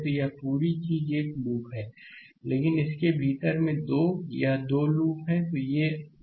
तो यह पूरी चीज एक लूप है लेकिन इसके भीतर भी 2 यह 2 लूप हैं